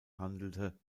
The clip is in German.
handelte